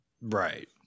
Right